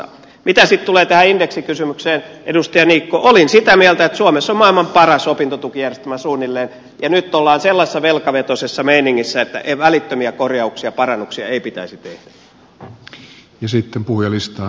mitä sitten tulee tähän indeksikysymykseen edustaja niikko olin sitä mieltä että suomessa on maailman paras opintotukijärjestelmä suunnilleen ja nyt ollaan sellaisessa velkavetoisessa meiningissä että välittömiä korjauksia ja parannuksia ei pitäisi tehdä